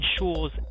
ensures